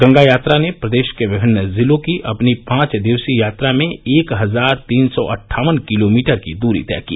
गंगा यात्रा ने प्रदेश के विभिन्न जिलों की अपनी पांच दिवसीय यात्रा में एक हजार तीन सौ अट्ठावन किलोमीटर की दूरी तय की